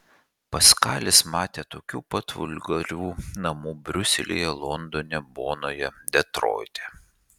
paskalis matė tokių pat vulgarių namų briuselyje londone bonoje detroite